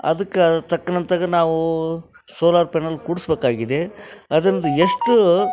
ಅದಕ್ಕೆ ಅದ್ರ ತಕ್ಕನಂತಾಗಿ ನಾವು ಸೋಲಾರ್ ಪ್ಯನೆಲ್ ಕೂಡಿಸ್ಬೇಕಾಗಿದೆ ಅದ್ರದ್ದು ಎಷ್ಟು